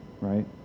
right